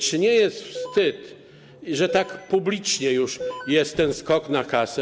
Czy nie jest wstyd, że tak publicznie już jest ten skok na kasę?